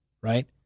Right